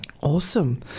Awesome